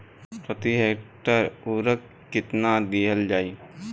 प्रति हेक्टेयर उर्वरक केतना दिहल जाई?